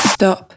stop